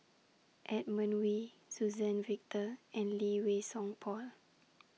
Edmund Wee Suzann Victor and Lee Wei Song Paul